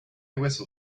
whistle